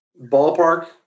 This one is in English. ballpark